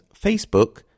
Facebook